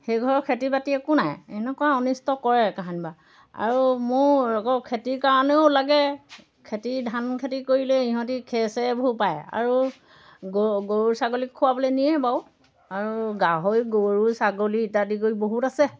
সেই ঘৰৰ খেতি বাতি একো নাই এনেকুৱা অনিষ্ট কৰে কেতিয়াবা আৰু মোৰ আকৌ খেতিৰ কাৰণেও লাগে খেতি ধান খেতি কৰিলে ইহঁতে খেৰ চেৰবোৰ পায় আৰু গৰু গৰু ছাগলীক খোৱাবলৈ নিয়েই বাৰু আৰু গাহৰি গৰু ছাগলী ইত্যাদি কৰি বহুত আছে